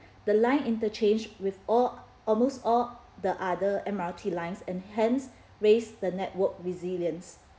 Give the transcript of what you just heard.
the line interchange with all almost all the other M_R_T lines and hence raised the network resilience